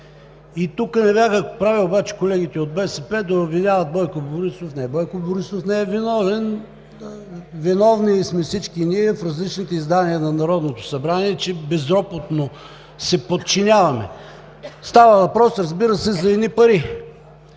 И тук не бяха прави обаче колегите от БСП да обвиняват Бойко Борисов. Не, Бойко Борисов не е виновен, виновни сме всички ние в различните издания на Народното събрание, че безропотно се подчиняваме. Става въпрос, разбира се, за едни пари.